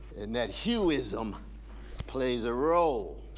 and that hueism plays a roll.